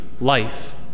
life